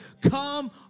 Come